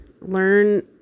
learn